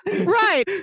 right